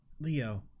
Leo